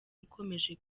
ikomeje